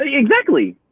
ah exactly.